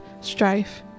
strife